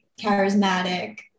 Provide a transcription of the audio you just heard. charismatic